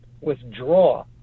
withdraw